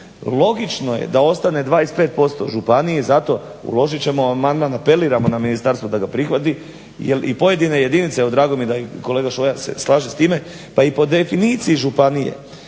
logično je da ostane 25% županiji. Zato uložit ćemo amandman, apeliramo na ministarstvo da ga prihvati jer i pojedine jedinice, evo drago mi je da i kolega Šoja se slaže s time, pa i po definiciji županije